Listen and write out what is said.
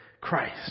Christ